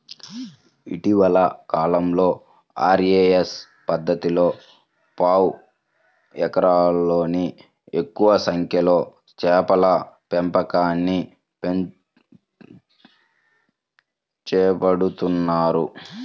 ఇటీవలి కాలంలో ఆర్.ఏ.ఎస్ పద్ధతిలో పావు ఎకరంలోనే ఎక్కువ సంఖ్యలో చేపల పెంపకాన్ని చేపడుతున్నారు